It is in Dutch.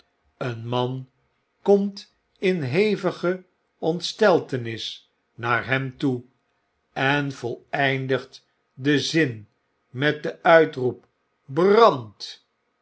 een man komt in hevige ontsteltenis naar hem toe en voleindigt den zin met den uitroep